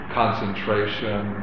concentration